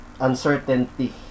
uncertainty